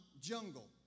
jungle